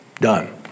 done